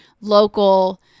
local